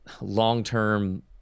long-term